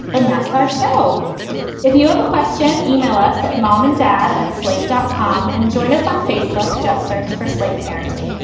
and that's our show if you have a question. email us at mom and dad at slate dot com and join us on facebook. just search for slate parenting.